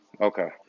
Okay